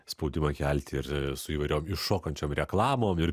spaudimą kelti ir su įvairiom iššokančiom reklamom ir